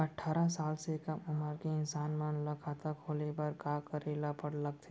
अट्ठारह साल से कम उमर के इंसान मन ला खाता खोले बर का करे ला लगथे?